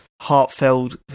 heartfelt